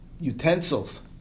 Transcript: Utensils